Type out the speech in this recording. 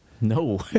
No